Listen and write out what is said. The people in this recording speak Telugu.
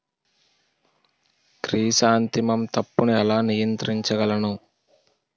క్రిసాన్తిమం తప్పును ఎలా నియంత్రించగలను?